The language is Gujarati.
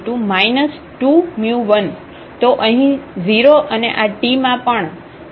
તો અહીં 0 અને આ t માં પણ 2 નથી